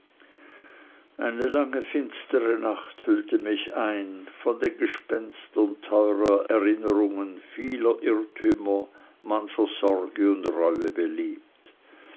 eine lange finstere nacht hüllte mich ein von den gespenstern teuerer erinnerungen vieler irrtümer mancher sorge und reue belebt